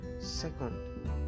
Second